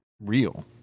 real